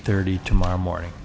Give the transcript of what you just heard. thirty tomorrow morning